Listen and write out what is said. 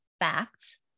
facts